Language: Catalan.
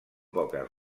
poques